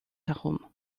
darum